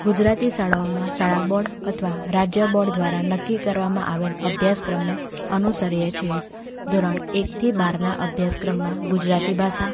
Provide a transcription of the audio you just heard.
ગુજરાતી શાળાઓમાં શાળા બોર્ડ અથવા રાજ્ય બોર્ડ દ્વારા નક્કી કરવામાં આવેલ અભ્યાસક્રમને અનુસરીએ છીએ ધોરણ એકથી બારના અભ્યાસક્રમમાં ગુજરાતી ભાષા